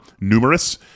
numerous